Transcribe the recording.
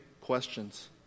questions